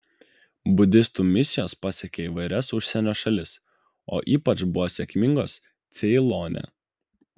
budistų misijos pasiekė įvairias užsienio šalis o ypač buvo sėkmingos ceilone